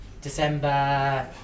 December